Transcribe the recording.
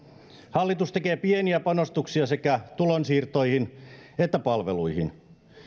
hallitus tekee pieniä panostuksia sekä tulonsiirtoihin että palveluihin